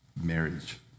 marriage